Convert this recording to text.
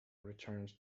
returned